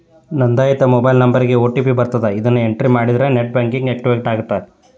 ನೋಂದಾಯಿತ ಮೊಬೈಲ್ ನಂಬರ್ಗಿ ಓ.ಟಿ.ಪಿ ಬರತ್ತ ಅದನ್ನ ಎಂಟ್ರಿ ಮಾಡಿದ್ರ ನೆಟ್ ಬ್ಯಾಂಕಿಂಗ್ ಆಕ್ಟಿವೇಟ್ ಆಗತ್ತ